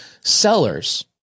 sellers